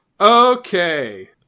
Okay